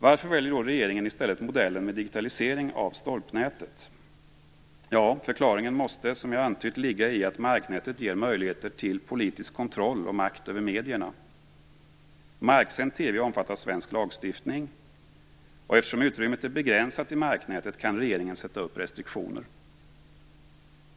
Varför väljer då regeringen i stället modellen med digitalisering av stolpnätet? Förklaringen måste, som jag antytt, ligga i att marknätet ger möjligheter till politisk kontroll och makt över medierna. Marksänd TV omfattas av svensk lagstiftning, och eftersom utrymmet är begränsat i marknätet kan regeringen införa restriktioner.